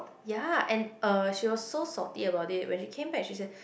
ya and uh she was so salty about it when she come back she said